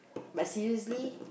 but seriously